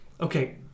Okay